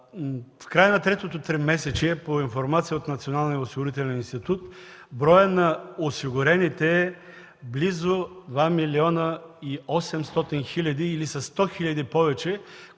в края на третото тримесечие по информация от Националния осигурителен институт броят на осигурените е близо 2 млн. 800 хиляди или със 100 хиляди повече,